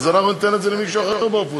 אנחנו ניתן את זה למישהו אחר באופוזיציה,